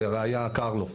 לראייה ה"קרלו",